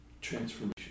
transformation